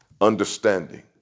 understanding